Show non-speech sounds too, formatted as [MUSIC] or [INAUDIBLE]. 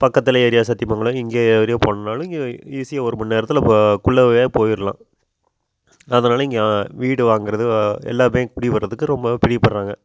பக்கத்தில் ஏரியா சத்தியமங்கலம் இங்கே வெளியே போகணுனாலும் இங்கே ஈஸியாக ஒரு மணி நேரத்தில் இப்போ குள்ளவே [UNINTELLIGIBLE] போயிரலாம் அதனால் இங்கே வீடு வாங்கிறது எல்லாமே குடி வர்றதுக்கு ரொம்ப பிரியப்படுறாங்க